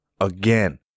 Again